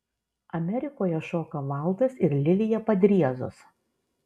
amerikoje šoka valdas ir lilija padriezos